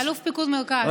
זה אלוף פיקוד מרכז.